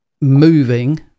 moving